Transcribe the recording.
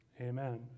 amen